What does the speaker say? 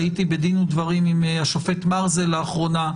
הייתי בדין ודברים עם השופט מרזל לאחרונה.